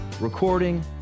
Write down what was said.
recording